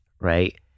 right